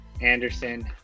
anderson